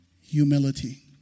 Humility